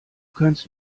kannst